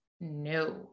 No